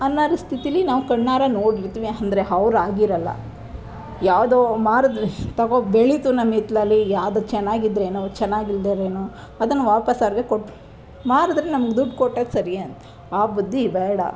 ಅನ್ನೋದು ಸ್ಥಿತಿಲಿ ನಾವು ಕಣ್ಣಾರ ನೋಡಿರ್ತೀವಿ ಅಂದ್ರೆ ಅವ್ರು ಆಗಿರೋಲ್ಲ ಯಾವುದೋ ಮಾರೋದು ತೊಗೊ ಬೆಳೀತು ನಮ್ಮ ಹಿತ್ಲಲ್ಲಿ ಅದು ಚೆನ್ನಾಗಿದ್ರೂನು ಚೆನ್ನಾಗಿಲ್ದಿದ್ರೇನು ಅದನ್ನ ವಾಪಸ್ಸು ಅಲ್ಲೇ ಕೊಟ್ಟು ಮಾರಿದ್ರೆ ನಮ್ಗೆ ದುಡ್ಡು ಕೊಟ್ಟಿದ್ದು ಸರಿ ಅಂತ ಆ ಬುದ್ಧಿ ಬೇಡ